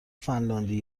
فنلاندی